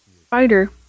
spider